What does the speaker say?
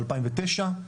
ב-2009,